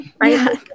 right